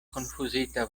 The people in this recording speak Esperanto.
konfuzita